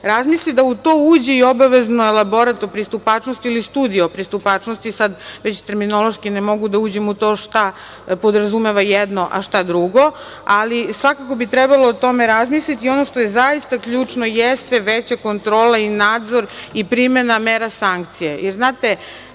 razmisli da u to uđe i obavezno elaborat o pristupačnosti ili studija o pristupačnosti, sad već terminološki ne mogu da uđem u to šta podrazumeva jedno a šta drugo, ali, svakako bi trebalo o tome razmisliti. Ono što je zaista ključno jeste veća kontrola i nadzor i primena mera sankcije.